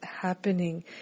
happening